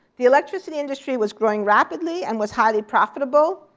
the electricity industry was growing rapidly, and was highly profitable,